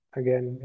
again